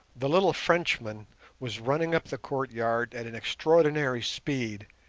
the little frenchman was running up the courtyard at an extraordinary speed,